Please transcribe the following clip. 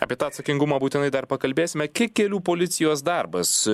apie tą atsakingumą būtinai dar pakalbėsime kiek kelių policijos darbas